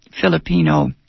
Filipino